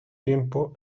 tiempo